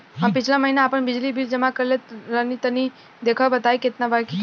हम पिछला महीना आपन बिजली बिल जमा करवले रनि तनि देखऽ के बताईं केतना बाकि बा?